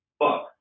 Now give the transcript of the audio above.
fuck